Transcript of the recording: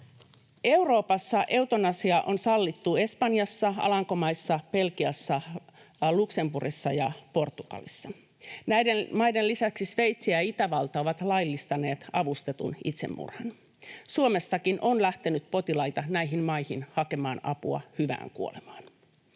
Euroopassa eutanasia on sallittu Espanjassa, Alankomaissa, Belgiassa, Luxemburgissa ja Portugalissa. Näiden maiden lisäksi Sveitsi ja Itävalta ovat laillistaneet avustetun itsemurhan. Suomestakin on lähtenyt potilaita näihin maihin hakemaan apua hyvään kuolemaan.